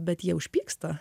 bet jie užpyksta